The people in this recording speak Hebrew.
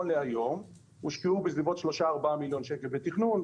הושקעו בסביבות שלושה-ארבעה מיליון שקל בתכנון,